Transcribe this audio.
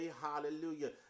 Hallelujah